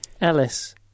Ellis